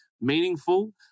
meaningful